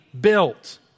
built